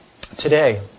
Today